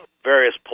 various